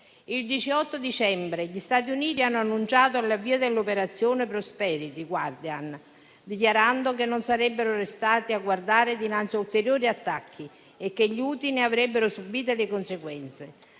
Il 18 dicembre gli Stati Uniti hanno annunciato l'avvio dell'operazione Prosperity Guardian, dichiarando che non sarebbero restati a guardare dinanzi a ulteriori attacchi e che gli Houthi ne avrebbero subito le conseguenze.